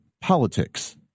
politics